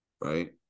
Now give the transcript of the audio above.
right